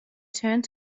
turned